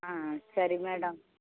ஆ சரி மேடம்